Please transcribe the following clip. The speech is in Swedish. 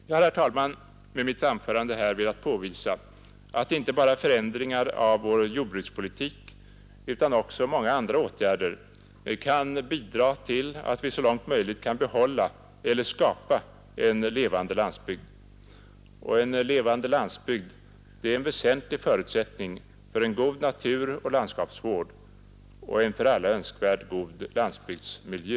Jag har, herr talman, med mitt anförande velat påvisa att inte bara förändringar av vår jordbrukspolitik utan även många andra åtgärder kan bidra till att vi så långt möjligt kan bibehålla eller skapa en levande landsbygd. Och en levande landsbygd är en väsentlig förutsättning för en god naturoch landskapsvård och en för alla önskvärd god landsbygdsmiljö.